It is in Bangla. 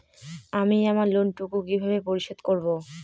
আমি আমার লোন টুকু কিভাবে পরিশোধ করব?